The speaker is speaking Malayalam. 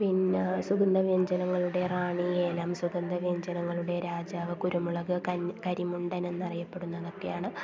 പിന്നെ സുഗന്ധ വ്യഞ്ജനങ്ങളുടെ റാണി ഏലം സുഗന്ധ വ്യഞ്ജനങ്ങളുടെ രാജാവ് കുരുമുളക് ക കരിമുണ്ടനെന്ന് അറിയപ്പെടുന്നതൊക്കെയാണ്